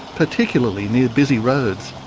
particularly near busy roads.